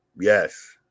Yes